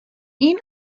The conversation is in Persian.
این